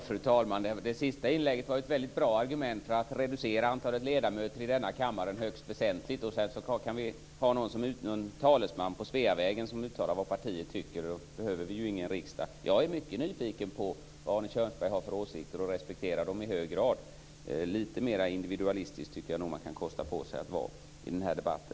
Fru talman! Det senaste inlägget var ett väldigt bra argument för att reducera antalet ledamöter i denna kammare högst väsentligt. Vi kan han en utnämnd talesman på Sveavägen som uttalar vad partiet tycker. Då behöver vi ingen riksdag. Jag är mycket nyfiken på vad Arne Kjörnsberg har för åsikter och respekterar dem i hög grad. Lite mer individualistisk tycker jag att man kosta på sig att vara i denna debatt.